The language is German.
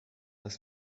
ist